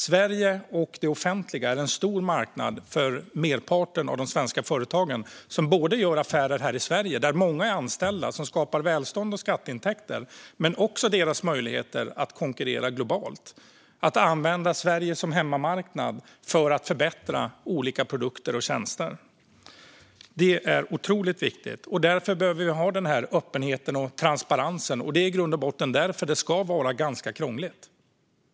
Sverige och det offentliga är en stor marknad för merparten av de svenska företag som gör affärer här i Sverige och som har många anställda som skapar välstånd och skatteintäkter. Men det gäller också deras möjligheter att konkurrera också globalt. De kan använda Sverige som hemmamarknad för att förbättra olika produkter och tjänster. Detta är otroligt viktigt. Därför behöver vi ha en öppenhet och transparens. Det är i grund och botten därför det ska vara ganska krångligt.